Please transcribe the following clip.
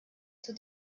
zur